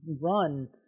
run